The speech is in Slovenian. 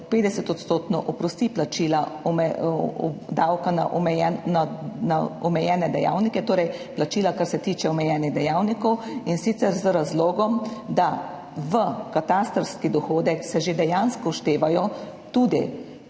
oprosti plačila davka na omejene dejavnike, torej plačila, ki se tiče omejenih dejavnikov, in sicer z razlogom, da se v katastrski dohodek že dejansko všteva